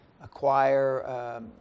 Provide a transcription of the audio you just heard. acquire